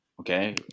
Okay